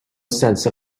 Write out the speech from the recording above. sense